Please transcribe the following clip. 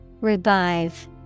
Revive